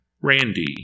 Randy